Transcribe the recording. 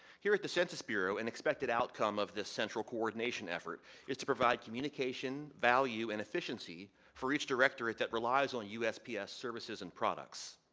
here is the census bureau and expected outcome of this central coordination effort is to provide communication, value and efficiency for each directorate that relies on usp yeah s services and products.